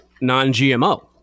non-gmo